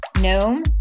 gnome